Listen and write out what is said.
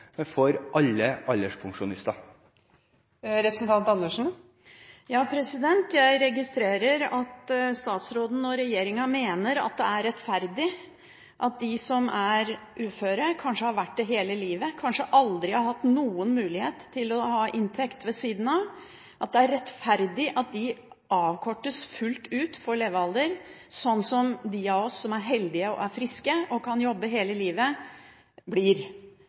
for alle alderspensjonister. Jeg registrerer at statsråden og regjeringen mener at det er rettferdig at de som er uføre, og som kanskje har vært det hele livet, og som kanskje aldri har hatt noen mulighet til å ha inntekt ved siden av, får full avkorting for levealder, slik som de av oss som er heldige, friske og kan jobbe hele livet.